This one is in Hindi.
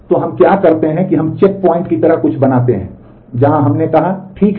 तो हम क्या करते हैं हम चेक प्वाइंट की तरह कुछ बनाते हैं जहां हमने कहा ठीक है